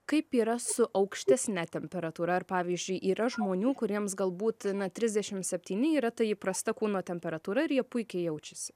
kaip yra su aukštesne temperatūra ar pavyzdžiui yra žmonių kuriems galbūt na trisdešim septyni yra ta įprasta kūno temperatūra ir jie puikiai jaučiasi